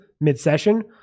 mid-session